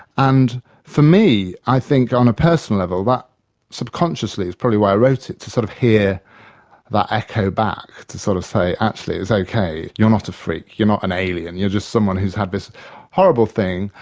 and for me i think on a personal level that subconsciously is probably why i wrote it, to sort of hear that echo back, to sort of say actually it's okay, you're not a freak, you're not an alien, you're just someone who's had this horrible thing,